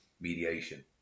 mediation